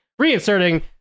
Reinserting